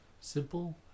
Simple